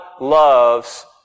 loves